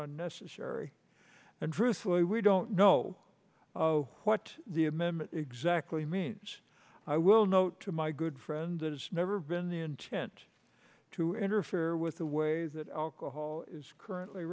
unnecessary and truthfully we don't know what the amendment exactly means i will note to my good friend that it's never been the intent to interfere with the way that alcohol is currently